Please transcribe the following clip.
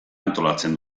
antolatzen